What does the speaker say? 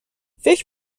فکر